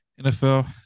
NFL